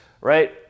right